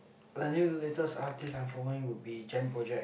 the new latest artist I'm following will be Jam Project